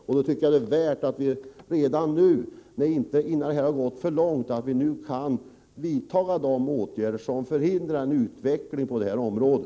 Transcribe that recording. Jag tycker att det är viktigt att vi redan nu, innan det har gått för långt, vidtar de åtgärder som förhindrar en utveckling på detta område.